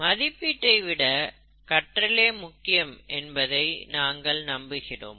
மதிப்பீட்டை விட கற்றலே முக்கியம் என்பதை நாங்கள் நம்புகிறோம்